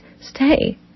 stay